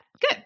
Good